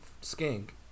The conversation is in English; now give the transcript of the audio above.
skink